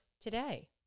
today